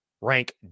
rank